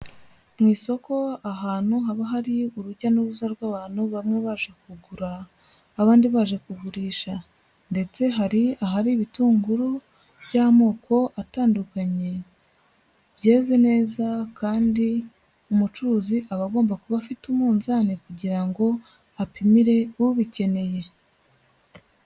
Mu isoko ahantu haba hari urujya n'uruza rw'abantu bamwe baje kugura abandi baje kugurisha ndetse hari ahari ibitunguru by'amoko atandukanye byeze neza kandi umucuruzi aba agomba kuba afite umunzani kugira ngo apimire ubikeneye.